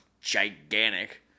gigantic